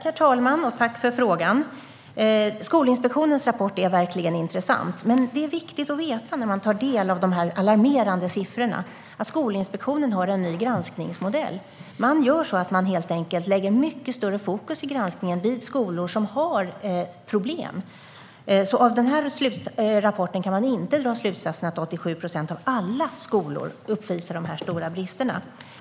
Herr talman! Tack för frågan! Skolinspektionens rapport är verkligen intressant, men det är viktigt att veta när man tar del av de här alarmerande siffrorna att Skolinspektionen har en ny granskningsmodell. Man har helt enkelt mycket större fokus i granskningen på skolor som har problem. Av den här rapporten kan man alltså inte dra slutsatsen att 87 procent av alla skolor uppvisar dessa stora brister.